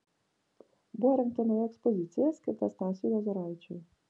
buvo įrengta nauja ekspozicija skirta stasiui lozoraičiui